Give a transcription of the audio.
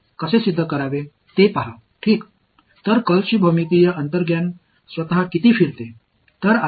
எனவே கர்ல்யின் வடிவியல் உள்ளுணர்வு அது எவ்வளவு சரியாக சுழல்கிறது என்பதுதான்